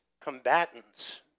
combatants